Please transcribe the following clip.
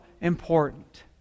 important